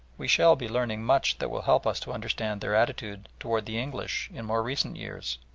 we shall be learning much that will help us to understand their attitude towards the english in more recent years.